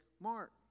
Mark